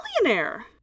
millionaire